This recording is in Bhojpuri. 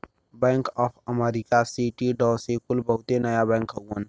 bank of America, Citi, Deutsche कुल बहुते नया बैंक हउवन